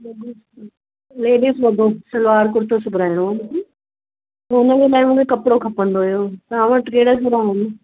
ladies वॻो सलवार कुर्तो सुभाराइणो आहे मूंखे पोइ हुनजे लाइ मूंखे कपिड़ो खपंदो हुओ तव्हां वटि कहिड़ा कहिड़ा आहिनि